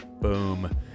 boom